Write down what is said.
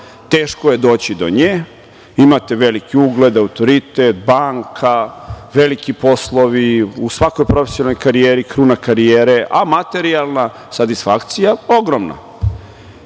teško je doći do nje, imate veliki ugled, autoritet, banka, veliki poslovi, u svakoj profesionalnoj karijeri kruna karijere, a materijalna satisfakcija ogromna.I